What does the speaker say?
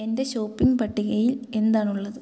എന്റെ ഷോപ്പിംഗ് പട്ടികയിൽ എന്താണുള്ളത്